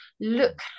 Look